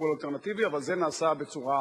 המשוכות הגבוהות שבדרך כלל מצפות להצעות חוק,